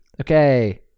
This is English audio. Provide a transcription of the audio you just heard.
okay